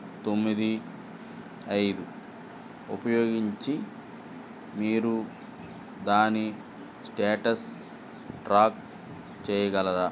తొమ్మిది ఐదు ఉపయోగించి మీరు దాని స్టేటస్ ట్రాక్ చేయగలరా